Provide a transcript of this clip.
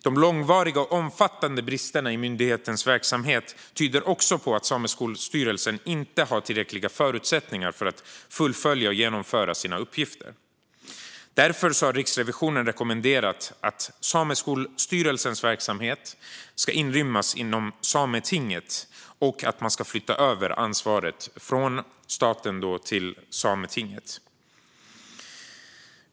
De långvariga och omfattande bristerna i myndighetens verksamhet tyder också på att Sameskolstyrelsen inte har tillräckliga förutsättningar för att fullfölja och genomföra sina uppgifter. Därför har Riksrevisionen rekommenderat att Sameskolstyrelsens verksamhet ska inrymmas i Sametinget och att man ska flytta över ansvaret från staten till Sametinget.